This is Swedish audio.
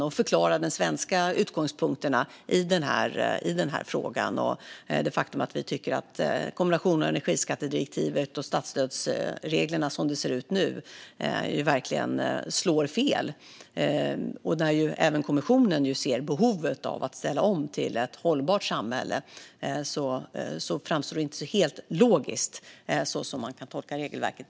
Jag har förklarat de svenska utgångspunkterna i denna fråga och att vi tycker att kombinationen av energiskattedirektivet och statsstödsreglerna, som de ser ut nu, verkligen slår fel. När även kommissionen ser behov av att ställa om till ett hållbart samhälle framstår det inte som helt logiskt, så som man kan tolka regelverket.